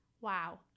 wow